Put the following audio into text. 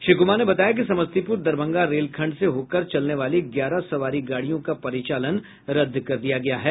श्री कुमार ने बताया कि समस्तीपुर दरभंगा रेल खंड से होकर चलने वाली ग्यारह सवारी गाडियों का परिचालन रद्द कर दिया गया है